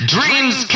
Dreams